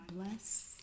bless